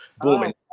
booming